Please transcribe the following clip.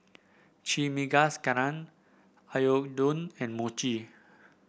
Chimichangas Oyakodon and Mochi